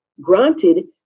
Granted